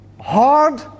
hard